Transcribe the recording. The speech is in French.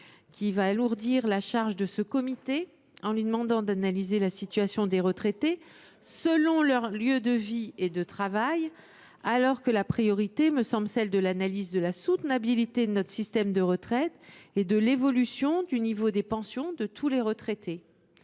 alourdirait la charge de ce comité. On lui demanderait d’analyser la situation des retraités selon leur lieu de vie et de travail, alors que la priorité me semble devoir être l’analyse de la soutenabilité de notre système de retraite et de l’évolution du niveau des pensions de tous les retraités,